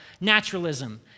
naturalism